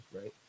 right